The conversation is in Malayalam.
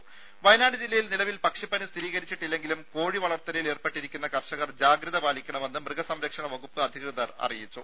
ദ്ദേ വയനാട് ജില്ലയിൽ നിലവിൽ പക്ഷിപ്പനി സ്ഥിരീകരിച്ചിട്ടില്ലെങ്കിലും കോഴി വളർത്തലിൽ ഏർപ്പെട്ടിരിക്കുന്ന കർഷകർ ജാഗ്രത പാലിക്കണമെന്ന് മൃഗസംരക്ഷണ വകുപ്പ് അധികൃതർ അറിയിച്ചു